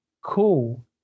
cool